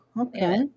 okay